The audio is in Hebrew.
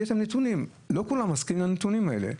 ולא כולם מסכימים לנתונים האלה.